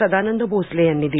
सदानंद भोसले यांनी दिली